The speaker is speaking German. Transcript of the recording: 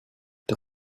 der